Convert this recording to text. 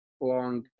long